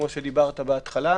כמו שאמרת בהתחלה.